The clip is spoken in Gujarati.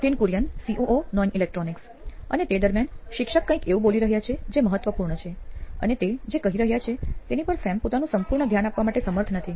નિથિન કુરિયન સીઓઓ નોઇન ઇલેક્ટ્રોનિક્સ અને તે દરમિયાન શિક્ષક કંઈક એવું બોલી રહ્યા છે જે મહત્વપૂર્ણ છે અને તે જે કહી રહ્યા છે તેની પર સેમ પોતાનું સંપૂર્ણ ધ્યાન આપવા માટે સમર્થ નથી